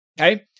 Okay